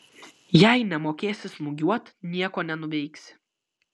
jei nemokėsi smūgiuot nieko nenuveiksi